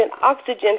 oxygen